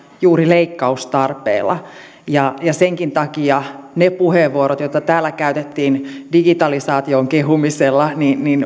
juuri leikkaustarpeella senkin takia ne puheenvuorot joita täällä käytettiin digitalisaation kehumisella